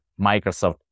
Microsoft